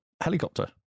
helicopter